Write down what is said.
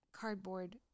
cardboard